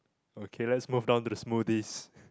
okay let's move down to the smoothies